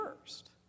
first